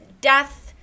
death